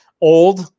Old